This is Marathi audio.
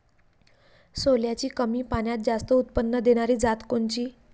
सोल्याची कमी पान्यात जास्त उत्पन्न देनारी जात कोनची?